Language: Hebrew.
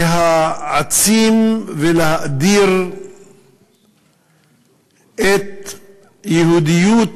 להעצים ולהאדיר את יהודיות